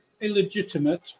illegitimate